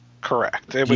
Correct